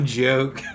joke